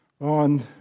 on